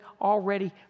already